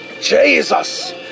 Jesus